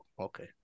okay